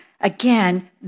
Again